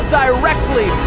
directly